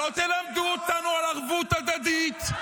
לא תלמדו אותנו על ערבות הדדית,